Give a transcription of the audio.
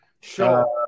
sure